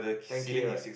ten K right